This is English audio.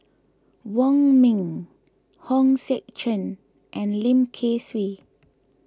Wong Ming Hong Sek Chern and Lim Kay Siu